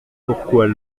pourquoi